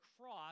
cross